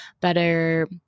better